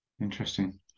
Interesting